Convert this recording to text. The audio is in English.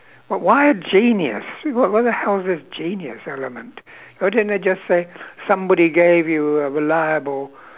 wh~ why a genius what what the hell is this genius element why didn't they just say somebody gave you a reliable